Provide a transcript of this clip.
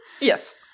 Yes